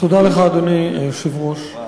אדוני היושב-ראש,